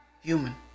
Human